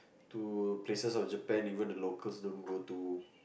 to places of Japan even the locals don't go to